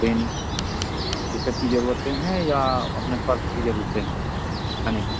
pen यह सब की ज़रूरत है या अपने पर्स की ज़रूरत है लाने की